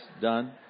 done